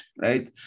right